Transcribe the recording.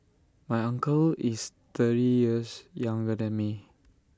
my uncle is thirty years younger than me